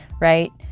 right